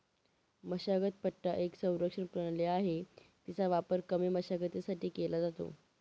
मशागत पट्टा एक संरक्षण प्रणाली आहे, तिचा वापर कमी मशागतीसाठी केला जातो